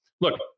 Look